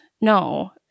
no